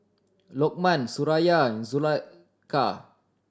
Lokman Suraya and Zulaikha